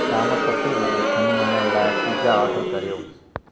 शाम सते वॻे खणी वञण लाइ पिज़्ज़ा ऑडर करियो